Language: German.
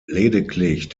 lediglich